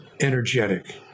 energetic